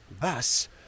thus